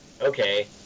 Okay